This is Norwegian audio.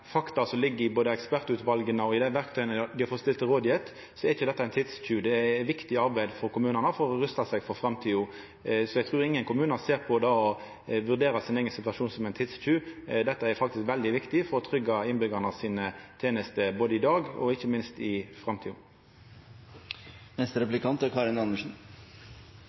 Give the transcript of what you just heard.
fakta som ligg i ekspertutvala og i verktøya dei har fått stilt til rådvelde, er dette ikkje nokon tidstjuv, det er eit viktig arbeid for kommunane for å rusta seg for framtida. Eg trur ingen kommunar ser på det å vurdera sin eigen situasjon som ein tidstjuv. Dette er faktisk veldig viktig for å tryggja tenestene til innbyggjarane både i dag og ikkje minst i framtida. Jeg tror det er